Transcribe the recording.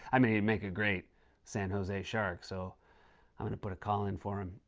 i mean, he'd make a great san jose shark, so i'm going to put a call in for him.